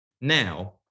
Now